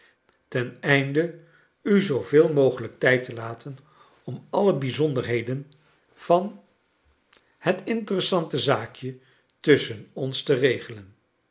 ten einde vi zooveel mogelijk tijd te laten om aue bijzonderheden van het mteressante zaakje tusschen ons te regelen